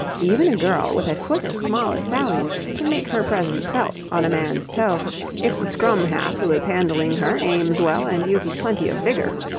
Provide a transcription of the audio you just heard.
even a girl with a foot as small as sally's can make her presence felt on a man's toe if the scrum-half who is handling her aims well and uses plenty of vigour.